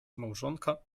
małżonka